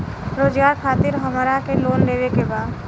रोजगार खातीर हमरा के लोन लेवे के बा?